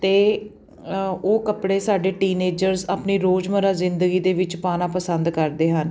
ਅਤੇ ਉਹ ਕੱਪੜੇ ਸਾਡੇ ਟੀਨਏਜ਼ਰ ਆਪਣੀ ਰੋਜ਼ਮਰਾ ਜ਼ਿੰਦਗੀ ਦੇ ਵਿੱਚ ਪਾਉਣਾ ਪਸੰਦ ਕਰਦੇ ਹਨ